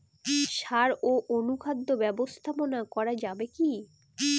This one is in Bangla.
সাড় ও অনুখাদ্য ব্যবস্থাপনা করা যাবে কি?